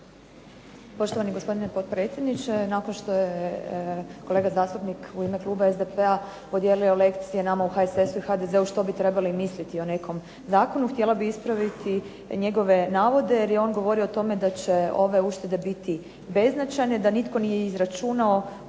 Poštovani gospodine potpredsjedniče, nakon što je kolega zastupnik u ime kluba SDP-a podijelio lekcije nama u HSS-u i HDZ-u što bi trebali misliti o nekom zakonu. Htjela bih ispraviti njegove navode, jer je on govorio o tome da će ove uštede biti beznačajne, da nitko nije izračunao